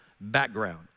background